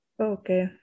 Okay